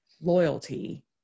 loyalty